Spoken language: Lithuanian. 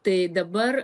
tai dabar